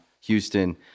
Houston